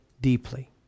deeply